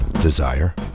desire